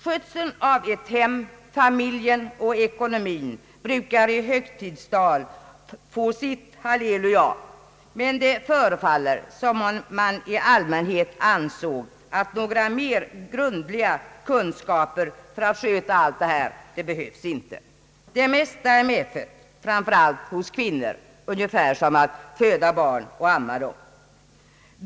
Skötseln av ett hem, familjen och ekonomin brukar i högtidstal få sitt halleluja, men det förefaller som om man i allmänhet ansåg att det inte behövdes några mer grundliga kunskaper för att sköta allt detta. Det mesta är medfött, framför allt hos kvinnor — ungefär som att föda barn och amma dem.